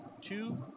two